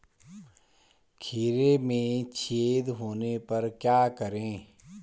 खीरे में छेद होने पर क्या करें?